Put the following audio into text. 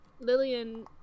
Lillian